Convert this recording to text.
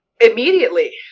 immediately